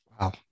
Wow